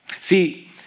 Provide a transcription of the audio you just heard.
See